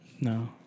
no